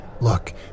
Look